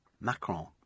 Macron